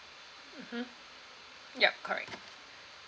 mmhmm ya correct